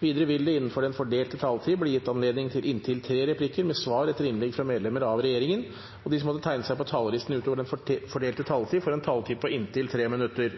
Videre vil det – innenfor den fordelte taletid – bli gitt anledning til inntil tre replikker med svar etter innlegg fra medlemmer av regjeringen, og de som måtte tegne seg på talerlisten utover den fordelte taletid, får en taletid på inntil 3 minutter.